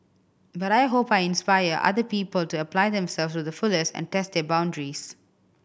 but I hope I inspire other people to apply themselves to the fullest and test their boundaries